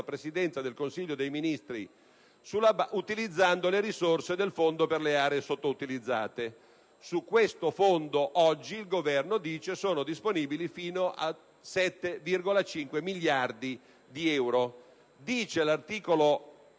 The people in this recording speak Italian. Presidenza del Consiglio dei ministri utilizzando le risorse del Fondo per le aree sottoutilizzate. Su questo fondo oggi, il Governo dice che sono disponibili fino a 7,5 miliardi di euro. L'articolo